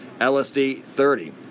LSD-30